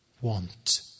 want